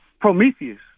Prometheus